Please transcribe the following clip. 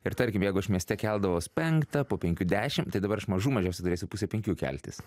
ir tarkim jeigu aš mieste keldavaus penktą po penkių dešim tai dabar aš mažų mažiausiai turėsiu pusę penkių keltis